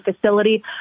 facility